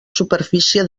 superfície